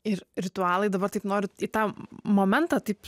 ir ritualai dabar taip noriu į tą momentą taip